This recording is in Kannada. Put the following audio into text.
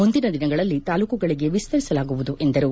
ಮುಂದಿನ ದಿನಗಳಲ್ಲಿ ತಾಲೂಕುಗಳಿಗೆ ವಿಸ್ತರಿಸಲಾಗುವುದು ಎಂದರು